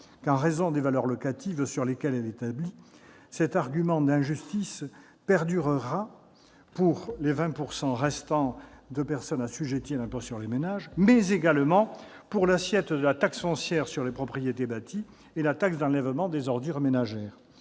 qu'en raison des valeurs locatives sur lesquelles elle est assise. Cet argument de l'injustice perdurera pour les 20 % de ménages qui resteront assujettis à cet impôt, mais également pour l'assiette de la taxe foncière sur les propriétés bâties et de la taxe d'enlèvement des ordures ménagères.